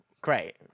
great